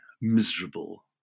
miserable